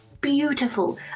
beautiful